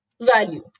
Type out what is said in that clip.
Value